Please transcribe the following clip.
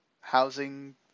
housing